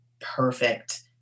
perfect